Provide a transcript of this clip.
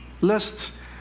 Lest